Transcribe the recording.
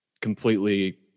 completely